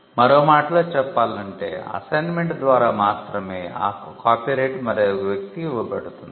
మరో మాటలో చెప్పాలంటే అసైన్మెంట్ ద్వారా మాత్రమే ఆ కాపీరైట్ మరొక వ్యక్తికి ఇవ్వబడింది